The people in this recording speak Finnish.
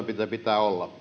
pitää olla